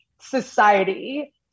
society